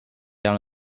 down